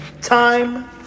time